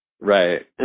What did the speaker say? Right